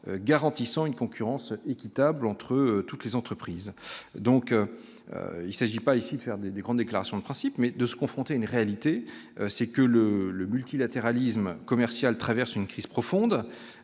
garantissant une concurrence équitable entre toutes les entreprises, donc il s'agit pas ici de faire des des grandes déclarations de principe, mais de se confronter à une réalité, c'est que le le multilatéralisme commercial traverse une crise profonde.